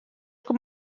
com